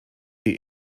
die